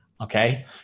okay